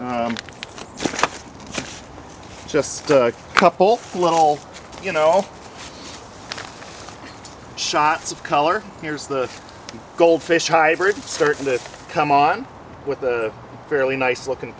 s just a couple little you know shots of color here's the goldfish hybrid certain that come on with a fairly nice looking